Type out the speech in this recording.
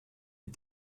est